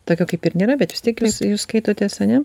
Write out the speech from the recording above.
tokio kaip ir nėra bet vis tiek jūs jūs skaitotės ane